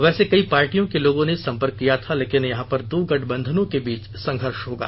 वैसे कई पार्टियों के लोगों ने संपर्क किया था लेकिन यहां पर दो गठबंधनों के बीच संघर्ष होगा